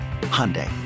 Hyundai